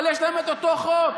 אבל יש להם את אותו חוק,